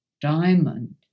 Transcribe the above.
diamond